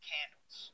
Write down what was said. Candles